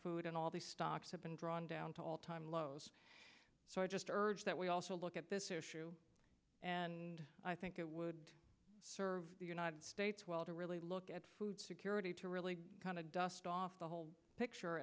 food and all the stocks have been drawn down to all time lows so i just urge that we also look at this issue and i think it would serve the united states well to really look at food security to really kind of dust off the whole picture